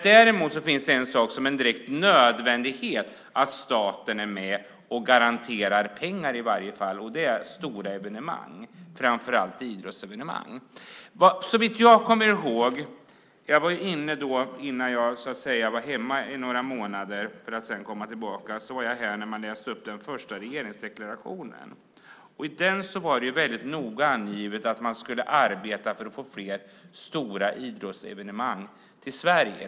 Däremot är det direkt nödvändigt att staten i varje fall är med och garanterar pengar vid stora evenemang, framför allt idrottsevenemang. Jag var hemma några månader och kom sedan tillbaka och var här i kammaren när regeringens första regeringsdeklaration lästes upp. Såvitt jag kommer ihåg var det i den väldigt noga angivet att man skulle arbeta för att få fler stora idrottsevenemang till Sverige.